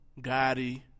Gotti